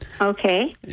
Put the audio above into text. Okay